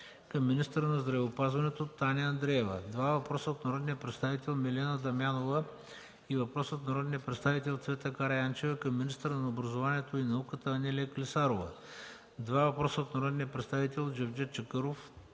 към министъра на здравеопазването Таня Андреева-Райнова; – два въпроса от народния представител Милена Дамянова и въпрос от народния представител Цвета Караянчева – към министъра на образованието и науката Анелия Клисарова; – два въпроса от народния представител Джевдет Чакъров